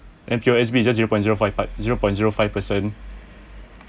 and P_O_S_B just zero point zero point five zero point zero five percent